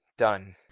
done!